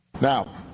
Now